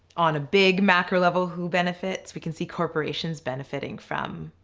on a big macro level who benefits we can see corporations benefiting from